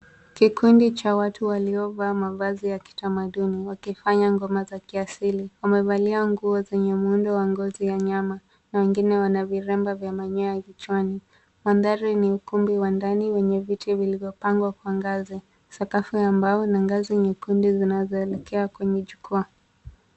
Kikundi cha watu waliovaa mavazi ya kitamaduni wakifanya ngoma za kiasili. Wamevalia nguo zenye muundo wa ngozi ya nyama na wengine wana vilemba vya manyoya kichwani. Mandhari ni ukumbi wa ndani wenye viti vilivyopangwa kwa ngazi. Sakafu ya mbao na ngazi nyekundu zinazoelekea kwenye jukwaa.